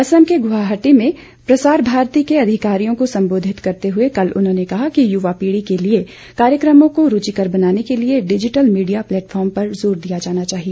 असम के गुवाहाटी में प्रसार भारती के अधिकारियों को संबोधित करते हुए कल उन्होंने कहा कि युवा पीढ़ी के लिए कार्यक्रमों को रूचिकर बनाने के लिए डिजिटल मीडिया प्लेटफॉर्म पर जोर दिया जाना चाहिए